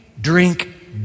drink